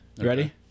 Ready